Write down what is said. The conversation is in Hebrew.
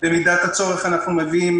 במידת הצורך מגיעים